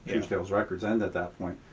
truesdale's records end at that point.